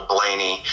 Blaney